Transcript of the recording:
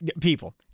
people